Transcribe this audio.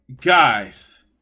guys